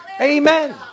Amen